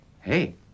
Hey